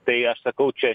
tai aš sakau čia